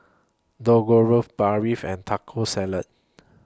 Dangojiru Barfi and Taco Salad